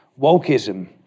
wokeism